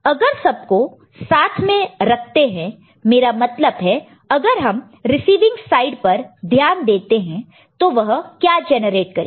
अगर सबको साथ में रखते हैं मेरा मतलब है अगर हम रिसीविंग साइड पर ध्यान देते हैं तो वह क्या जनरेट करेगा